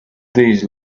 days